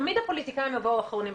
תמיד הפוליטיקאים יבואו אחרונים.